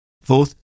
Fourth